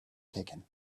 taken